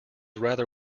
rather